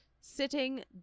sitting